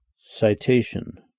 Citation